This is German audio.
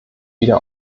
wieder